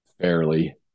fairly